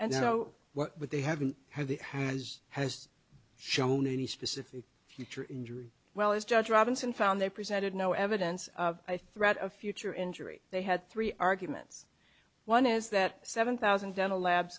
what they haven't had the is has shown any specific future injury well as judge robinson found they presented no evidence of threat of future injury they had three arguments one is that seven thousand dental labs